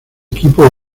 equipo